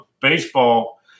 baseball